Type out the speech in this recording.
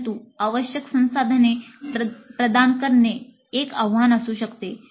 परंतु आवश्यक संसाधने प्रदान करणे एक आव्हान असू शकते